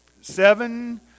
seven